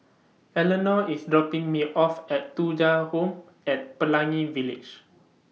Eleanore IS dropping Me off At Thuja Home At Pelangi Village